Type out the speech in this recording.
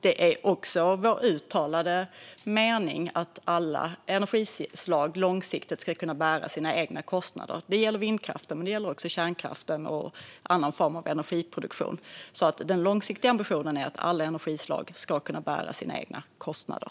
Det är också vår uttalade mening att alla energislag långsiktigt ska kunna bära sina egna kostnader; det gäller såväl vindkraften som kärnkraften och andra former av energiproduktion. Den långsiktiga ambitionen är att alla energislag ska kunna bära sina egna kostnader.